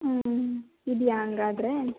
ಹ್ಞೂ ಇದೆಯಾ ಹಂಗಾದ್ರೆ